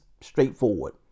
straightforward